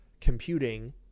computing